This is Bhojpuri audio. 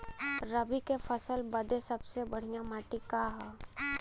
रबी क फसल बदे सबसे बढ़िया माटी का ह?